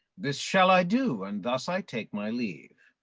this shall i do, and thus i take my leave.